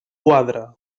quadre